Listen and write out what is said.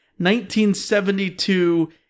1972